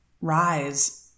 rise